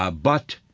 ah but,